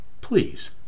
Please